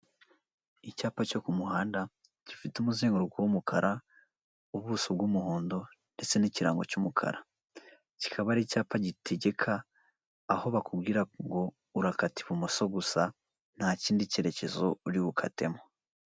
Icyapa cyo ku muhanda, gifite umuzenguruko w'umukara, ubuso bw'umuhondo ndetse n'ikirango cy'umukara, kikaba ari icyapa gitegeka, aho bakubwira ngo urakata ibumoso gusa, nta kindi kerekezo uri bukatemo.